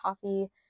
coffee